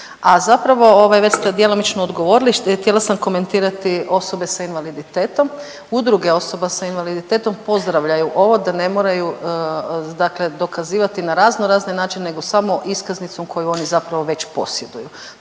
a zapravo već ste djelomično odgovorili. Htjela sam komentirati osobe sa invaliditetom, udruge osoba sa invaliditetom pozdravljaju ovo da ne moraju dakle dokazivati na razno razne načine nego samo iskaznicom koju oni zapravo već posjeduju.